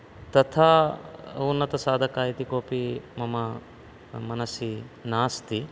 तथा उन्नतसाधकः इति कोपि मम मनसि नास्ति